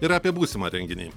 ir apie būsimą renginį